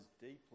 deeply